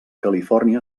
califòrnia